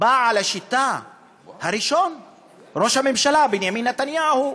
בעל השיטה הראשון, ראש הממשלה בנימין נתניהו,